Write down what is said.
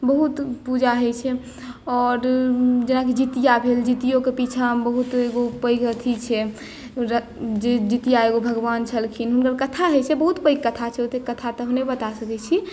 बहुत पूजा होइ छै आओर जेनाकि जितिया भेल जीतियोके पीछामे बहुत पैघ एथी छै जितिया एगो भगवान छलखिन हुनकर कथा होइ छै बहुत पैघ कथा छै ओते कथा तऽ हम नहि बता सकै छी